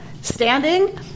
standing